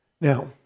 Now